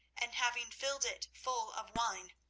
and having filled it full of wine,